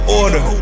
order